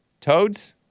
Toads